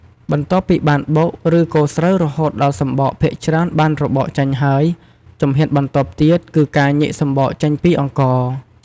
បន្ទាប់ពីបានបុក និងកូរស្រូវរហូតដល់សម្បកភាគច្រើនបានរបកចេញហើយ ជំហានបន្ទាប់ទៀតគឺការញែកសម្បកចេញពីអង្ករ។